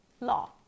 law